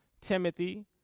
Timothy